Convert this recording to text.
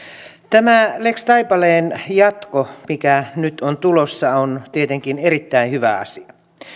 tämä lex taipaleen jatko mikä nyt on tulossa on tietenkin erittäin hyvä asia